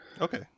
Okay